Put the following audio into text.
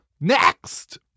Next